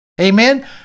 Amen